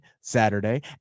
Saturday